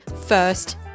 first